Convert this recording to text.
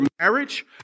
marriage